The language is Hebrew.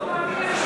לא מאמין,